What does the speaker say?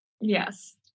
yes